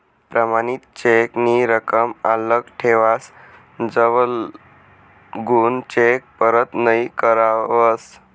प्रमाणित चेक नी रकम आल्लक ठेवावस जवलगून चेक परत नहीं करावस